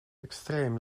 extreem